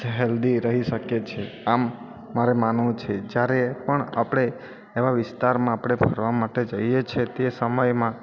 સ હેલ્દી રહી શકીએ છીએ આમ મારે માનવું છે જ્યારે પણ આપણે એવા વિસ્તારમાં આપણે ફરવા માટે જઈયે છીએ તે સમયમાં